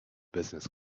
business